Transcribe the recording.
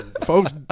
Folks